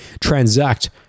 transact